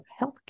healthcare